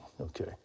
Okay